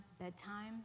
bedtime